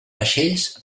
vaixells